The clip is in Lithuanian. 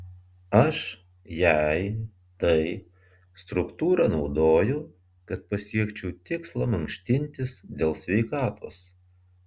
aš jei tai struktūrą naudoju kad pasiekčiau tikslą mankštintis dėl sveikatos